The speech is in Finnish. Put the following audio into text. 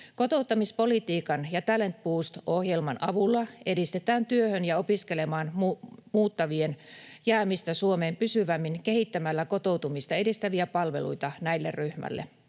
Kotouttamispolitiikan ja Talent Boost ‑ohjelman avulla edistetään työhön ja opiskelemaan muuttavien jäämistä Suomeen pysyvämmin kehittämällä kotoutumista edistäviä palveluita näille ryhmille.